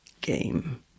game